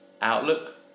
Outlook